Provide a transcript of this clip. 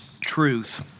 truth